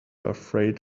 afraid